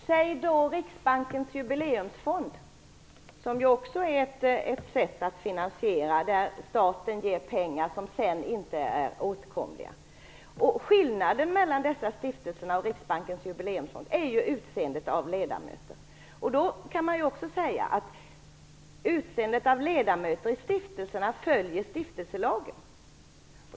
Fru talman! Riksbankens Jubileumsfond är också ett finansieringssätt. Staten bidrar ju med pengar som sedan inte är åtkomliga. Skillnaden mellan de här aktuella stiftelserna och Riksbankens Jubileumsfond ligger i utseendet av ledamöter. När det gäller utseendet av ledamöterna i stiftelserna följer man stiftelselagen.